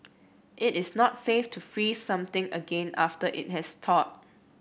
it is not safe to freeze something again after it has thawed